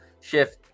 shift